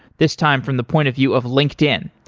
this time from the point of view of linkedin.